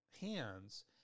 hands